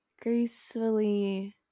gracefully